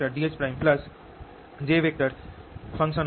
r r